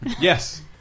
yes